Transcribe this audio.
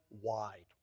wide